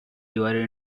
divided